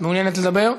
מעוניינת לדבר?